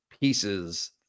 pieces